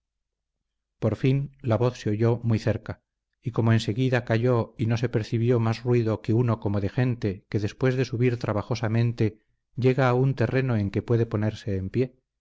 por fin la voz se oyó muy cerca y como enseguida calló y no se percibió más ruido que uno como de gente que después de subir trabajosamente llega a un terreno en que puede ponerse en pie